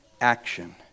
action